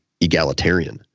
egalitarian